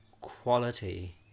quality